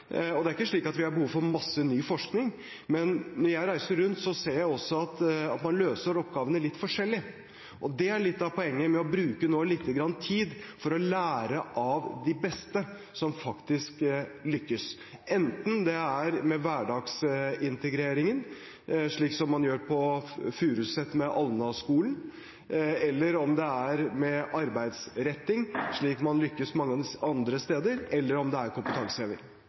Det er ikke slik at vi har behov for masse ny forskning. Men når jeg reiser rundt, ser jeg også at man løser oppgavene litt forskjellig. Det er litt av poenget med å bruke lite grann tid nå for å lære av de beste, de som faktisk lykkes, enten det er med hverdagsintegreringen, slik man gjør på Furuset med Alnaskolen, om det er med arbeidsretting, som man lykkes med mange andre steder, eller om det er med kompetanseheving.